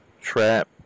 trap